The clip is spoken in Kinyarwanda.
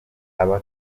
aba